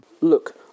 Look